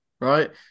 right